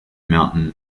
mountain